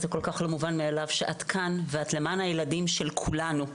אבל זה כל כך לא מובן מאליו שאת כאן ואת למען הילדים של כולנו,